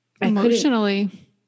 emotionally